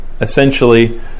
essentially